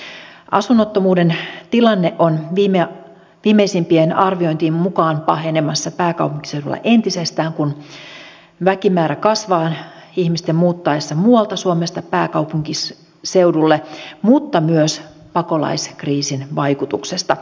asunnottomuuden tilanne on viimeisimpien arviointien mukaan pahenemassa pääkaupunkiseudulla entisestään kun väkimäärä kasvaa ihmisten muuttaessa muualta suomesta pääkaupunkiseudulle mutta myös pakolaiskriisin vaikutuksesta